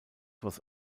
was